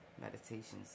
meditations